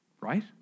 right